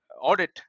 audit